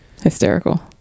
hysterical